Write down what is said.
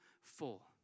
full